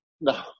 no